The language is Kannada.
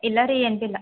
ಇಲ್ಲ ರೀ ಎಂತಿಲ್ಲ